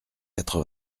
quatre